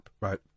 right